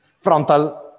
frontal